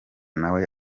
nawe